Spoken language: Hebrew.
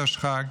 התשכ"ג,